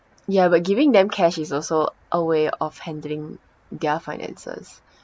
ya but giving them cash is also a way of handling their finances